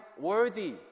worthy